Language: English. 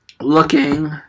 looking